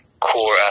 core